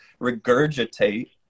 regurgitate